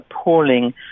appalling